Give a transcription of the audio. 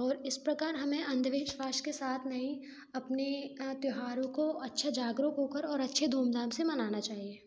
और इस प्रकार हमें अंधविश्वास के साथ नहीं अपने अ त्योहारों को अच्छे जागरूक होकर और अच्छे धूमधाम से मनाना चाहिए